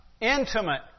intimate